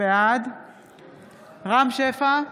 בעד רם שפע,